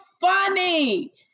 funny